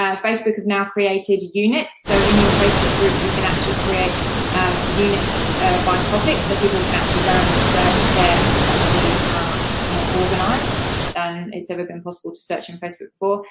ah facebook have now created units, so in your facebook group, you can actually create units by topic so people can actually go and search there, and it's actually more organized than it's ever been possible to search in facebook before,